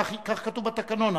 כבוד השר איתן,